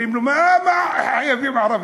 אומרים לו: מה חייבים ערבים?